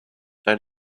and